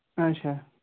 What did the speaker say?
اچھا